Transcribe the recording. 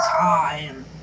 time